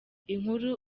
inkuru